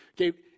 Okay